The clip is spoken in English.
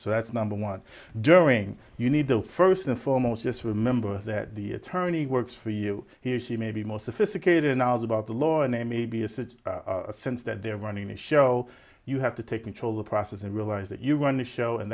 so that's number one during you need to first and foremost just remember that the attorney works for you he or she may be more sophisticated knowledge about the law and they may be a sense that they're running the show you have to take control of the process and realize that you want to show and